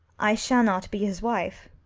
i shall not be his wife.